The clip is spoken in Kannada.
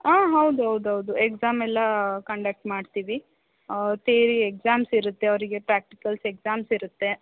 ಹಾಂ ಹೌದ್ಹೌದ್ಹೌದು ಎಕ್ಸಾಮೆಲ್ಲ ಕಂಡಕ್ಟ್ ಮಾಡ್ತೀವಿ ಥಿಯರಿ ಎಕ್ಸಾಮ್ಸಿರುತ್ತೆ ಅವರಿಗೆ ಪ್ರಾಕ್ಟಿಕಲ್ಸ್ ಎಕ್ಸಾಮ್ಸಿರುತ್ತೆ